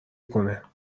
کنه